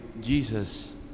Jesus